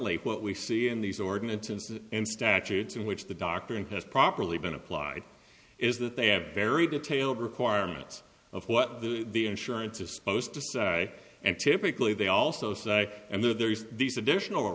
finally what we see in these ordinances and statutes in which the doctor and his properly been applied is that they have very detailed requirements of what the insurance is supposed to say and typically they also say and there's these additional